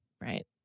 Right